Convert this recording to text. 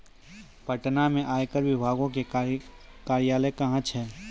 पटना मे आयकर विभागो के कार्यालय कहां छै?